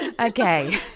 okay